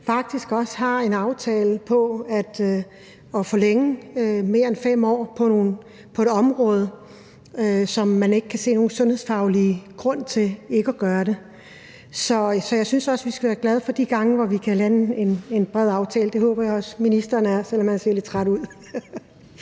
faktisk også har en aftale om at forlænge det mere end 5 år på et område, hvor man ikke kan se nogen sundhedsfaglig grund til ikke at gøre det. Så jeg synes også, vi skal være glade for de gange, hvor vi kan lande en bred aftale, og det håber jeg også ministeren er – selv om han ser lidt træt ud.